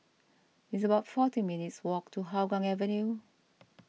it's about forty minutes' walk to Hougang Avenue